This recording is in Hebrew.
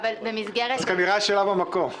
כנראה שהשאלה במקום.